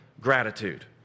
gratitude